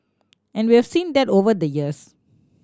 and we've seen that over the years